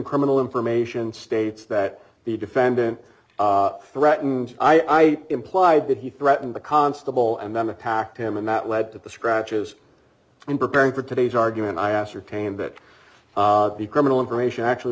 criminal information states that the defendant threatened i i implied that he threatened the constable and then attacked him and that led to the scratches and preparing for today's argument i ascertained that the criminal information actually